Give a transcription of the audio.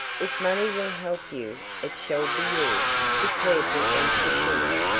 if money will help you, it shall be yours, declared the anxious woman,